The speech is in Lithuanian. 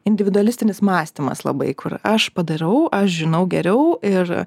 individualistinis mąstymas labai kur aš padarau aš žinau geriau ir